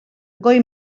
goi